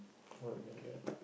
what you can get